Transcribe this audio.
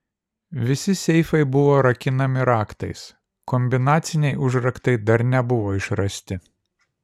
visi seifai buvo rakinami raktais kombinaciniai užraktai dar nebuvo išrasti